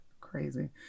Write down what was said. crazy